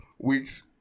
Weeks